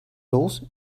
los